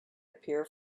appear